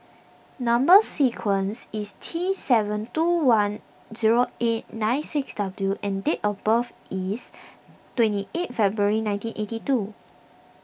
Number Sequence is T seven two one zero eight nine six W and date of birth is twenty eight February nineteen eighty two